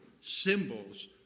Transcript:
symbols